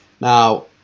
Now